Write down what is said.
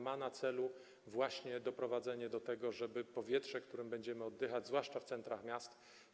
Ma on na celu doprowadzenie do tego, żeby powietrze, którym będziemy oddychać, zwłaszcza w centrach miast.